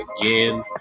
again